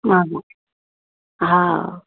हँ हँ